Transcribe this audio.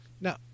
Now